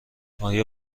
آیا